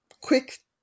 Quick